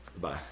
bye